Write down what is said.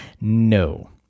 no